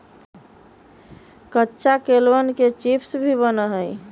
कच्चा केलवन के चिप्स भी बना हई